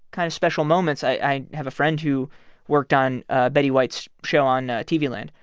kind of special moments. i have a friend who worked on ah betty white's show on tv land.